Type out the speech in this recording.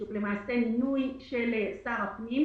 שהוא מינוי של שר הפנים.